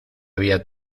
había